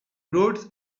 roads